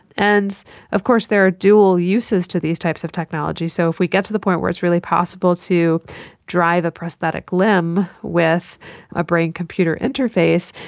and of course there are dual uses to these types of technologies, so if we get to the point where it's really possible to drive a prosthetic limb with a brain-computer interface,